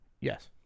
Yes